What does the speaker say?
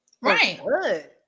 Right